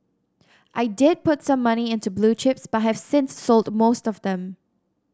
I did put some money into blue chips but have since sold off most of them